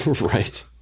right